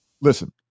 Listen